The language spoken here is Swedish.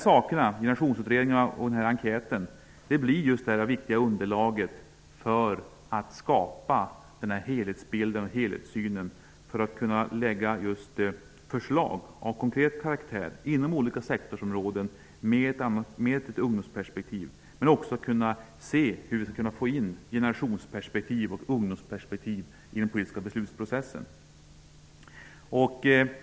Generationsutredningen och denna enkät blir ett viktigt underlag för att skapa en helhetsbild och en helhetssyn för att kunna lägga fram förslag av konkret karaktär med ett ungdomsperspektiv inom olika sektorsområden men också för att få in generations och ungdomsperspektiv i den politiska beslutsprocessen.